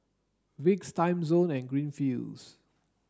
Vicks Timezone and Greenfields